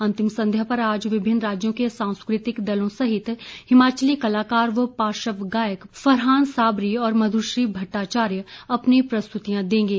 अंतिम संध्या पर आज विभिन्न राज्यों के सांस्कृतिक दलों सहित हिमाचली कलाकार व पार्षव गायक फरहान साबरी और मधुश्री भट्टाचार्य अपनी प्रस्तुतियां देंगे